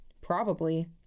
Probably